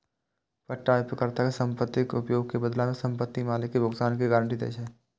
पट्टा उपयोगकर्ता कें संपत्तिक उपयोग के बदला मे संपत्ति मालिक कें भुगतान के गारंटी दै छै